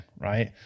right